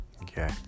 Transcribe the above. Okay